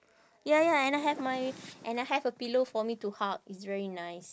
ya ya and I have my and I have a pillow for me to hug it's very nice